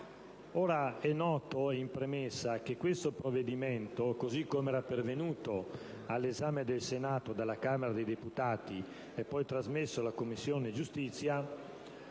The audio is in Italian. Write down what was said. Ora, è noto, in premessa, che questo provvedimento, così com'era pervenuto all'esame del Senato e della Camera dei deputati e com'è stato poi trasmesso alla Commissione giustizia,